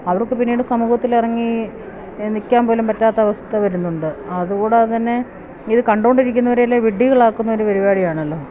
അവർക്ക് പിന്നീട് സമൂഹത്തില് ഇറങ്ങിനില്ക്കാൻ പോലും പറ്റാത്ത അവസ്ഥ വരുന്നുണ്ട് അതുകൂടാതെ തന്നെ ഇത് കണ്ടുകൊണ്ടിരിക്കുന്നവരെയെല്ലാം വിഡ്ഡികളാക്കുന്ന ഒരു പരിപാടിയാണല്ലോ